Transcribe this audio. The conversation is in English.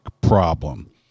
problem